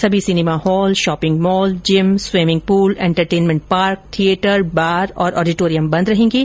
सभी cinema hall shopping mall gym swimming pool entertainment park theatre bar और auditorium बंद रहेंगे